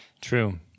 True